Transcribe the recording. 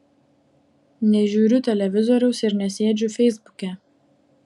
nežiūriu televizoriaus ir nesėdžiu feisbuke